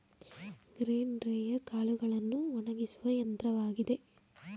grain dryer ಕಾಳುಗಳನ್ನು ಒಣಗಿಸುವ ಯಂತ್ರವಾಗಿದೆ